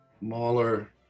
Mahler